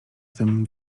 tym